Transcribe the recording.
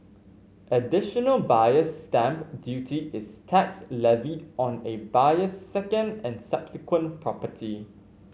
additional Buyer's Stamp Duty is tax levied on a buyer's second and subsequent property